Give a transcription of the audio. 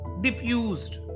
diffused